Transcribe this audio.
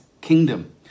kingdom